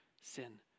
sin